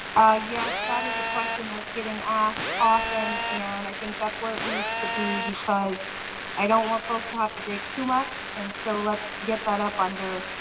ah yes that is a question that's getting ah asked often and i think that's where it needs to be because i don't want folks to have to dig too much. and so let's get that up under.